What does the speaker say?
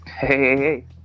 Hey